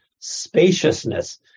spaciousness